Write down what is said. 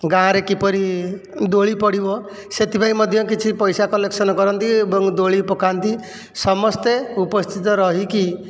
ଗାଁରେ କିପରି ଦୋଳି ପଡ଼ିବ ସେଥିପାଇଁ ମଧ୍ୟ କିଛି ପଇସା କଲେକ୍ସନ କରନ୍ତି ଏବଂ ଦୋଳି ପକାନ୍ତି ସମସ୍ତେ ଉପସ୍ଥିତ ରହିକି